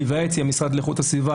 להיוועץ עם המשרד לאיכות הסביבה,